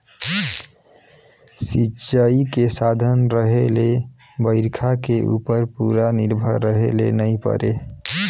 सिंचई के साधन रहें ले बइरखा के उप्पर पूरा निरभर रहे ले नई परे